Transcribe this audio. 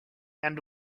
and